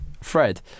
Fred